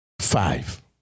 Five